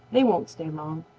they won't stay long.